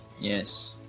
Yes